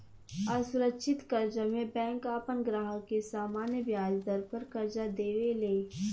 असुरक्षित कर्जा में बैंक आपन ग्राहक के सामान्य ब्याज दर पर कर्जा देवे ले